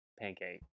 pancake